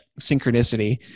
synchronicity